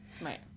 Right